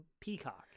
Peacock